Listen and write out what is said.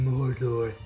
Mordor